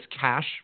cash